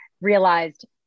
realized